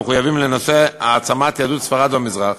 המחויבים לנושא העצמת יהדות ספרד והמזרח,